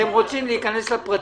אתם רוצים להיכנס לפרטים.